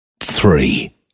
three